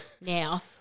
now